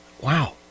wow